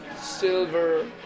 silver